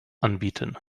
anbieten